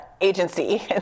agency